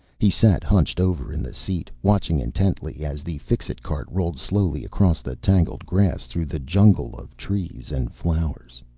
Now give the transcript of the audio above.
he sat hunched over in the seat, watching intently, as the fixit cart rolled slowly across the tangled grass, through the jungle of trees and flowers.